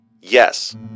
yes